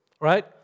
right